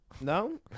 No